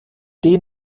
den